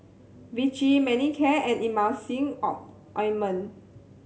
Vichy Manicare and Emulsying O ointment